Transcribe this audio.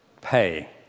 Pay